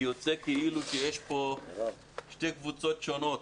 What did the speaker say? יוצא כאילו יש כאן שתי קבוצות שונות,